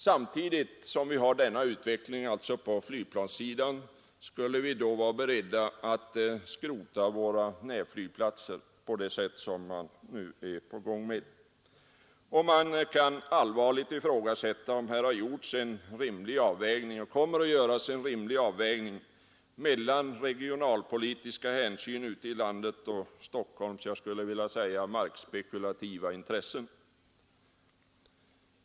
Samtidigt med denna utveckling på flygplanssidan skulle vi vara beredda att nu skrota våra närflygplatser. Man kan allvarligt ifrågasätta om det kommer att göras en rimlig avvägning mellan regionalpolitiska hänsyn ute i landet och Stockholms jag skulle vilja säga markspekulativa intressen.